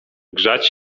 grzać